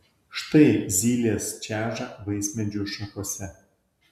štai zylės čeža vaismedžių šakose